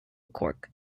cork